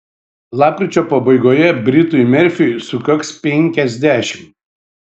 lapkričio pabaigoje britui merfiui sukaks penkiasdešimt